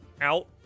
out